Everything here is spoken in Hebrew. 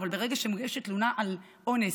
אבל ברגע שמוגשת תלונה על אונס,